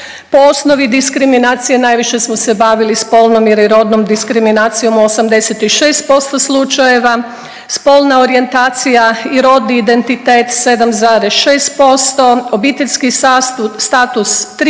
Po osnovi diskriminacije najviše smo se bavili spolnom ili rodnom diskriminacijom 86% slučajeva, spolna orijentacija i rodni identitet 7,6%, obiteljski status 3%,